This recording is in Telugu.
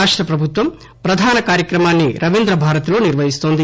రాష్టప్రభుత్వం ప్రధాన కార్యక్రమాన్ని రవీంద్ర భారతిలో నిర్వహిస్తోంది